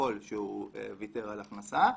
ככל שהוא ויתר על הכנסה,